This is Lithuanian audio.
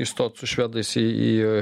įstot su švedais į į